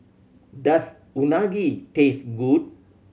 does Unagi taste good